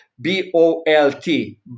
B-O-L-T